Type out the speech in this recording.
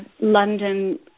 London